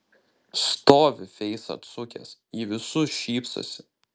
stovi feisą atsukęs į visus šypsosi